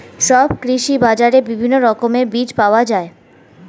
সব কৃষি বাজারে বিভিন্ন রকমের বীজ পাওয়া যায়